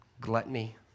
Gluttony